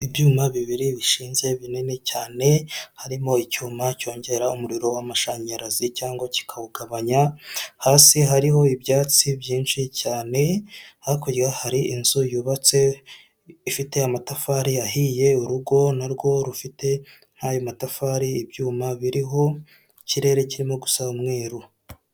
Ibyuma bibiri bishinze binini cyane harimo icyuma cyongera umuriro w'amashanyarazi cyangwa kikawugabanya, hasi hariho ibyatsi byinshi cyane hakurya hari inzu yubatse ifite amatafari yahiye urugo na rwo rufite nk'ayo matafari, ibyuma biriho ikirere kirimo gusa umweru.